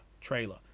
trailer